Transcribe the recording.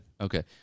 Okay